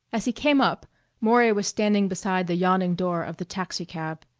as he came up maury was standing beside the yawning door of the taxicab.